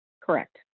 Correct